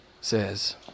says